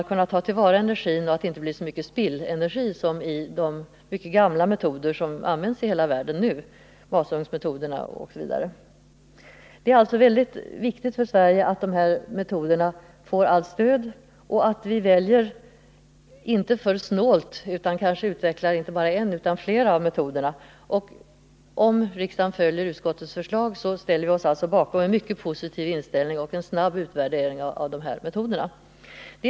Man kan ” alltså bättre ta vara på energin, så att det inte blir så mycket spillenergi som med de mycket gamla metoder som tillämpas i hela världen — masugnsmetoderna osv. Det är alltså väldigt viktigt för Sverige att dessa metoder får allt stöd och att vi vid valet av metod inte är för snåla utan utvecklar kanske inte bara en utan flera av metoderna. Om riksdagen följer utskottets förslag, förordar den en mycket positiv inställning till och en snabb utvärdering av dessa metoder.